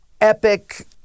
epic